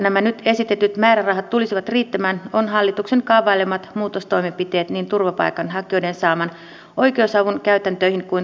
valiokunnan saaman selvityksen mukaan tullivalvontaa on tarvetta tehostaa myös internetin kautta tapahtuvan alkoholijuomien tilaamisen osalta